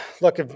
look